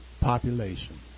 population